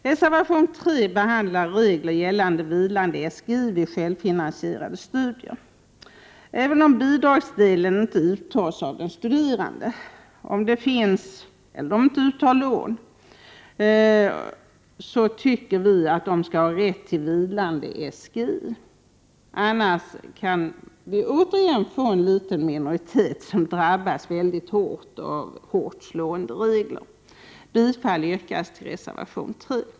Reservation 3 behandlar regler gällande vilande SGI vid självfinansierade studier. Även om bidragsdelen inte uttas av den studerande eller om de inte upptar lån, tycker vi att de skall ha rätt till vilande SGI. Annars kan vi återigen få en liten minoritet som drabbas mycket hårt. Bifall yrkas till reservation 3.